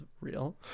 real